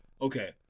Okay